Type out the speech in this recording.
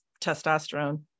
testosterone